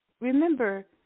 remember